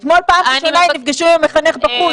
אתמול פעם ראשונה הם נפגשו פעם ראשונה עם המחנך בחוץ.